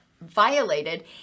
violated